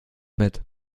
mit